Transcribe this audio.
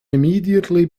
immediately